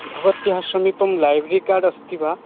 भवत्याः समीपे library card अस्ति वा